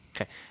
Okay